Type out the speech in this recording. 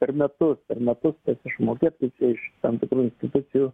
per metus metus išmokėt iš tam tikrų institucijų